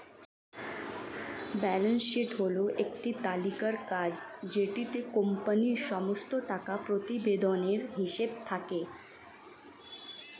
balance sheet হল একটি তালিকার কাগজ যেটিতে কোম্পানির সমস্ত টাকা প্রতিবেদনের হিসেব থাকে